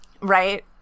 Right